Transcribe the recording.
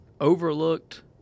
overlooked